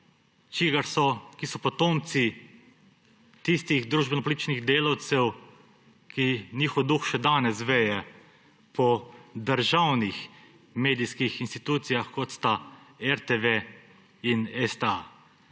ki so potomci tistih družbenopolitičnih delavcev, katerih duh še danes veje po državnih medijskih institucijah, kot sta RTV in STA.